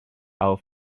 our